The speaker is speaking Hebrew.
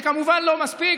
זה כמובן לא מספיק.